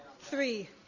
three